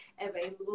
available